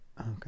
Okay